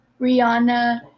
Rihanna